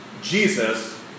Jesus